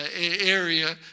area